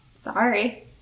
Sorry